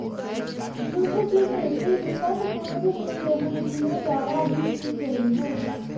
जुट की खेती निकट पूर्व में यहूदियों द्वारा भी की गई हो